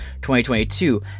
2022